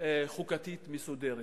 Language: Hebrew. חוקתית מסודרת,